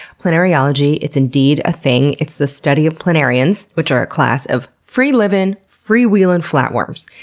planariology, it's indeed a thing. it's the study of planarians, which are a class of free-livin', free wheelin' flatworms.